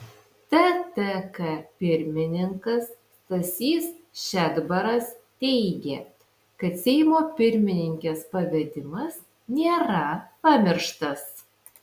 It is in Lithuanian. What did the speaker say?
ttk pirmininkas stasys šedbaras teigė kad seimo pirmininkės pavedimas nėra pamirštas